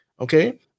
Okay